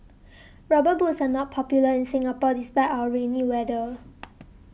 rubber boots are not popular in Singapore despite our rainy weather